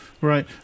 Right